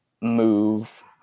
move